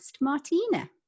Martina